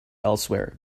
elsewhere